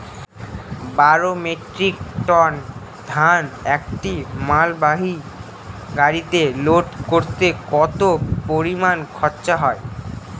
বারো metric ton ধান একটি মালবাহী গাড়িতে লোড করতে কতো পরিমাণ খরচা হয়?